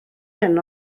hyn